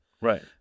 Right